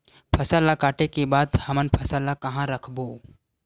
फसल ला काटे के बाद हमन फसल ल कहां रखबो?